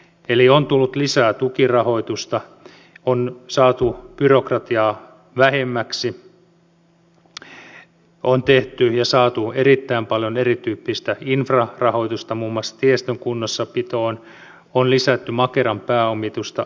eli on tullut lisää tukirahoitusta on saatu byrokratiaa vähemmäksi on tehty ja saatu erittäin paljon erityyppistä infrarahoitusta muun muassa tiestön kunnossapitoon on lisätty makeran pääomitusta ja niin edespäin